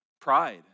pride